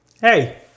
Hey